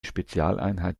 spezialeinheit